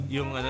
Yung